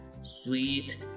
sweet